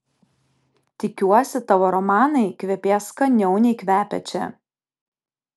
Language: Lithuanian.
tikiuosi tavo romanai kvepės skaniau nei kvepia čia